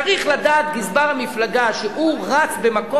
צריך לדעת גזבר המפלגה כשהוא רץ במקום